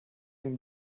dem